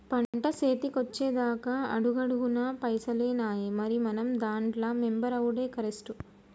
పంట సేతికొచ్చెదాక అడుగడుగున పైసలేనాయె, మరి మనం దాంట్ల మెంబరవుడే కరెస్టు